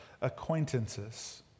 acquaintances